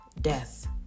death